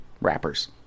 rappers